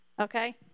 Okay